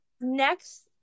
next